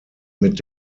mit